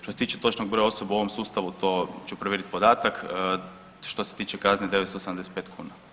Što se tiče točnog broja osoba u ovom sustavu, to ću provjeriti podatak, što se tiče kazni, 975 kuna.